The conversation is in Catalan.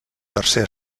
tercer